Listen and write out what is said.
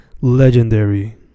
legendary